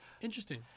Interesting